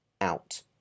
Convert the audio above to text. out